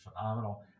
phenomenal